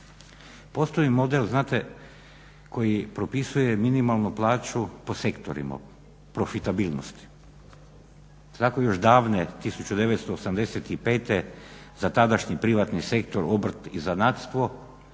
Postoji model znate koji propisuje minimalnu plaću po sektorima po profitabilnosti. Tako još davne 1985.za tadašnji privatni sektor obrt i zanatstvo